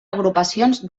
agrupacions